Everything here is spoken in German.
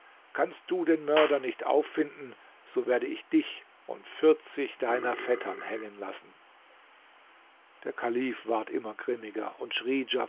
kannst du den mörder nicht auffinden so werde ich dich und vierzig deiner vettern hängen lassen der kalif ward immer grimmiger und schrie